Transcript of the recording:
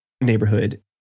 neighborhood